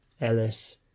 Ellis